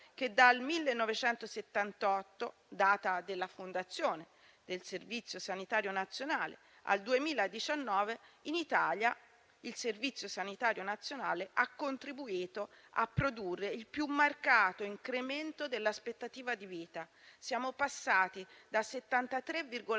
che dal 1978, data della sua fondazione, al 2019 in Italia il Servizio sanitario nazionale ha contribuito a produrre il più marcato incremento dell'aspettativa di vita: siamo passati da 73,8